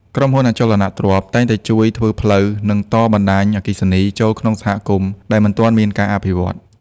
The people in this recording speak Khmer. ក្រុមហ៊ុន អចលនទ្រព្យ តែងតែជួយធ្វើផ្លូវ និងតបណ្ដាញអគ្គិសនីចូលក្នុងសហគមន៍ដែលមិនទាន់មានការអភិវឌ្ឍន៍។